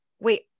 wait